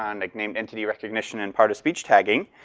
um nicknamed entity recognition and part of speech tagging.